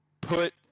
put